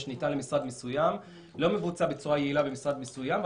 ניתן למשרד מסוים והוא לא מבוצע בצורה יעילה במשרד מסוים,